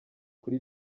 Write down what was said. kuri